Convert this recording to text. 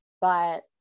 but-